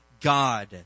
God